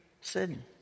sin